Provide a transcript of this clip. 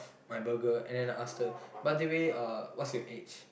my burger and then I asked her by the way uh what's your age